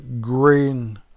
green